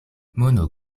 mono